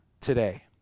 today